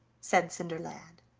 said cinderlad.